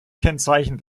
kennzeichen